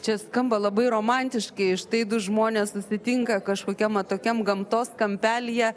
čia skamba labai romantiškai štai du žmonės susitinka kažkokiam atokiam gamtos kampelyje